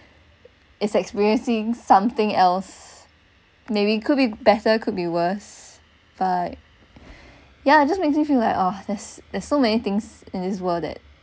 is experiencing something else maybe could be better could be worse but yeah it just makes me feel like oh there's there's so many things in this world that